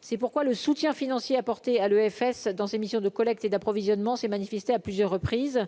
c'est pourquoi le soutien financier apporté à l'EFS dans ses missions de collecte et d'approvisionnement s'est manifesté à plusieurs reprises